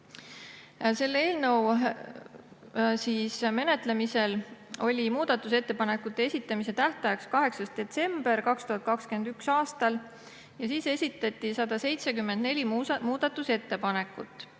Selle menetlemisel oli muudatusettepanekute esitamise tähtaeg 8. detsember 2021. aastal. Siis esitati 174 muudatusettepanekut.